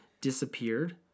disappeared